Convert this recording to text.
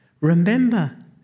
Remember